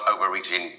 overreaching